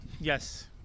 yes